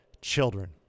children